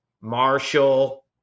Marshall